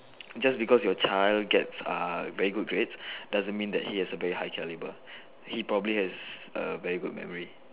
just because your child gets ah very good grades doesn't mean that he has a very high caliber he probably has a very good memory